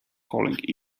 calling